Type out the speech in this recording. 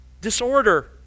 Disorder